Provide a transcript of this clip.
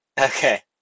Okay